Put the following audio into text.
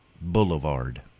Boulevard